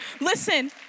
listen